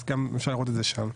אז גם אפשר לראות את זה שם.